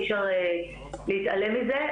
אי אפשר להתעלם מזה,